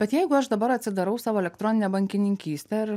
bet jeigu aš dabar atsidarau savo elektroninę bankininkystę ir